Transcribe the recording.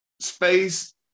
space